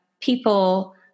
people